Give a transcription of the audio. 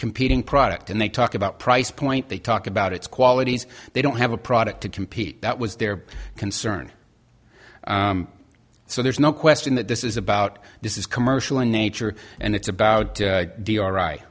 competing product and they talk about price point they talk about its qualities they don't have a product to compete that was their concern so there's no question that this is about this is commercial in nature and it's about